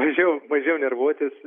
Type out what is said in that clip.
mažiau mažiau nervuotis